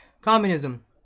communism